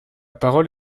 parole